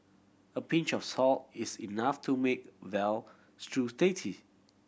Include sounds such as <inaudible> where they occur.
a pinch of salt is enough to make veal stew <unintelligible>